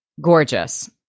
gorgeous